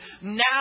now